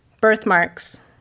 Birthmarks